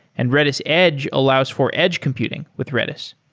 and redis edge allows for edge computing with redis.